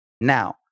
Now